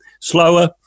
slower